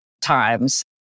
times